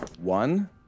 One